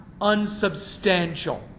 unsubstantial